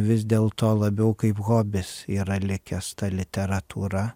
vis dėl to labiau kaip hobis yra likęs ta literatūra